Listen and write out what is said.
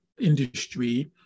industry